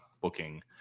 booking